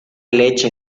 leche